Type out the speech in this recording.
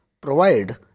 provide